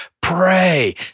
Pray